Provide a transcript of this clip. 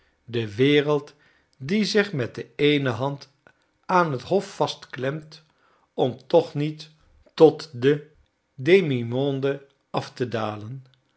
de wereld die zich met de eene hand aan het hof vastklemt om toch niet tot de demimonde af te dalen